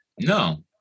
No